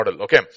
Okay